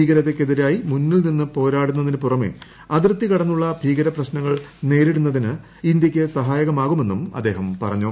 ഭീകരതയ്ക്കെതിരായി മുന്നിൽ നിന്ന് പോരാടുന്നതിന് പുറമെ അതിർത്തി കടന്നുള്ള ഭീകരപ്രശ്നങ്ങൾ നേരിടുന്നതിന് ഇന്ത്യക്ക് സഹായകമാകുമെന്നും അദ്ദേഹം പറഞ്ഞു